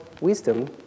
wisdom